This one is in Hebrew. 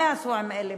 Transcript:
מה יעשו אלה